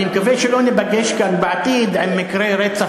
אני מקווה שלא ניפגש כאן בעתיד עם מקרה רצח